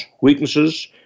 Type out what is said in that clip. weaknesses